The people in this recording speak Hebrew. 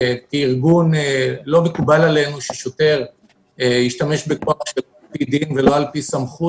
כארגון לא מקובל עלינו ששוטר ישתמש בכוח שלא על פי דין ולא על פי סמכות.